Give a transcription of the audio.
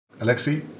Alexei